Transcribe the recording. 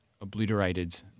obliterated